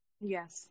Yes